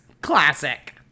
Classic